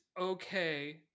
okay